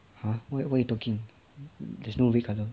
!huh! what what you talking there's no red colour